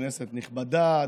כנסת נכבדה,